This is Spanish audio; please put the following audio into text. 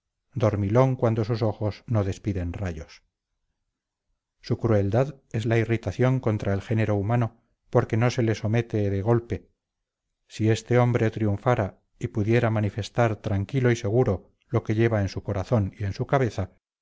dormilón cuando sus ojos no despiden rayos su crueldad es la irritación contra el género humano porque no se le somete de golpe si este hombre triunfara y pudiera manifestar tranquilo y seguro lo que lleva en su corazón y en su cabeza